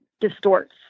distorts